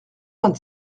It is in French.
vingt